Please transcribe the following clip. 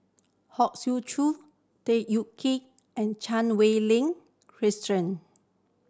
Hong Sek Chern Tham Yui and Chan Wei Ling